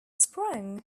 spring